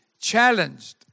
challenged